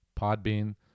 Podbean